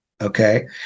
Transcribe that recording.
Okay